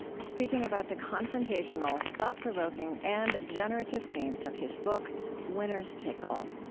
speaking about the confrontational, thought-provoking, and generative themes of his book winners take all.